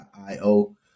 IO